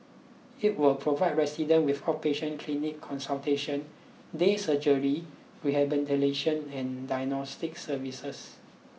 it will provide resident with outpatient clinic consultation day surgery rehabilitation and diagnostic services